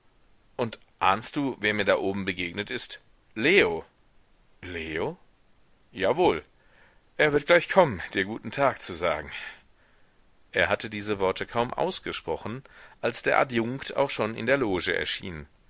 und ahnst du wer mir da oben begegnet ist leo leo jawohl er wird gleich kommen dir guten tag zu sagen er hatte diese worte kaum ausgesprochen als der adjunkt auch schon in der loge erschien